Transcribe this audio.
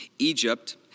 Egypt